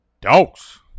dogs